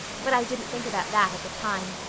but i didn't think about that at the time.